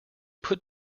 put